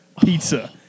pizza